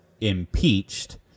impeached